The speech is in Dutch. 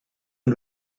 een